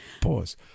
Pause